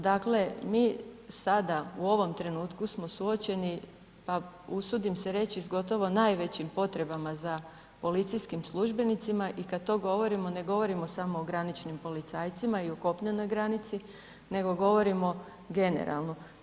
Dakle mi sada u ovom trenutku smo suočeni pa usudim se reći s gotovo najvećim potrebama za policijskim službenicima i kada to govorimo ne govorimo samo o graničnim policajcima i o kopnenoj granici, nego govorimo generalno.